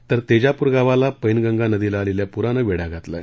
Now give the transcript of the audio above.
तर तेजापूर गावाला पैनगंगा नदीला आलेल्या पुरानं वेढा घातला आहे